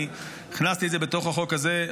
אני הכנסתי את זה בתוך החוק הזה.